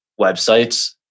websites